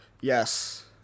Yes